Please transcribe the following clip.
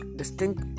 distinct